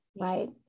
right